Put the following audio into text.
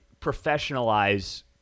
professionalize